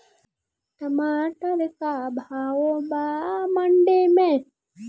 टमाटर का भाव बा मंडी मे?